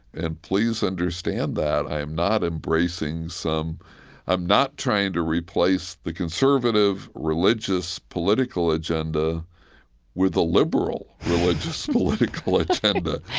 and please understand that i am not embracing some i'm not trying to replace the conservative religious political agenda with a liberal religious political agenda. but